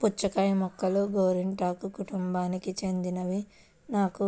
పుచ్చకాయ మొక్కలు గోరింటాకు కుటుంబానికి చెందినవని నాకు